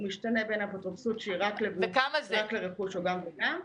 הוא משתנה בין אפוטרופסות שהיא רק לרכוש או גם לדברים אחרים.